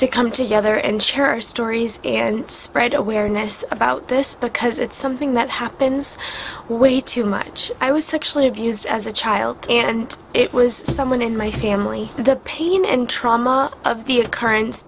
to come together and share our stories and spread awareness about this because it's something that happens way too much i was sexually abused as a child and it was someone in my family the pain and trauma of the occurrence